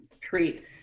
treat